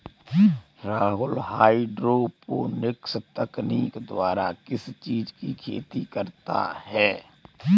Rahul hydroponics तकनीक द्वारा किस चीज की खेती करता है?